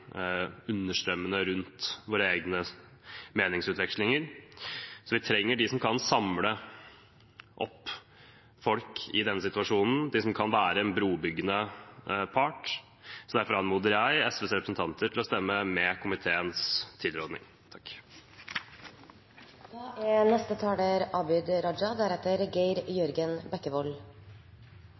understrømmene rundt våre egne meningsutvekslinger. Så vi trenger dem som kan samle opp folk i denne situasjonen, som kan være en brobyggende part. Derfor anmoder jeg SVs representanter om å stemme for komiteens tilråding.